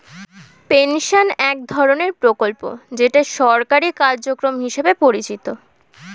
pension এক ধরনের প্রকল্প যেটা সরকারি কার্যক্রম হিসেবে পরিচিত